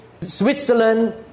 Switzerland